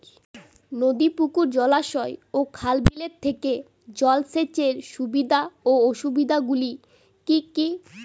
নদী পুকুর জলাশয় ও খাল বিলের থেকে জল সেচের সুবিধা ও অসুবিধা গুলি কি কি?